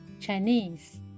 Chinese